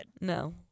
No